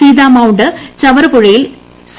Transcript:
Sita mount ്ചവറുപുഴയിൽ C